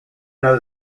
know